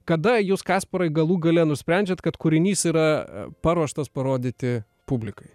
kada jūs kasparai galų gale nusprendžiat kad kūrinys yra paruoštas parodyti publikai